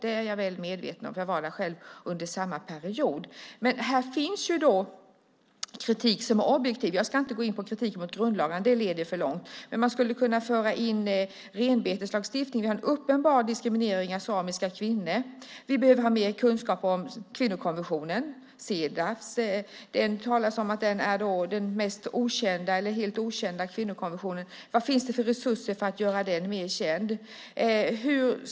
Det är jag väl medveten om, för jag var själv där under samma period. Här finns kritik som är objektiv. Jag ska inte gå in på kritiken mot grundlagarna, för det leder för långt. Men man skulle kunna föra in renbeteslagstiftningen. Vi har en uppenbar diskriminering av samiska kvinnor. Vi behöver ha mer kunskap om kvinnokonventionen, Cedaw. Det talas om att den är den mest okända konventionen. Vad finns det för reurser för att göra den mer känd?